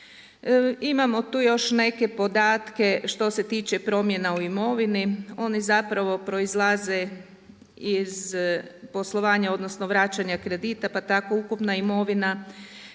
Imamo tu još neke podatke što se tiče promjene u imovini, oni zapravo proizlaze iz poslovanja, odnosno vraćanja kredita pa tako ukupna imovina